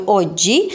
oggi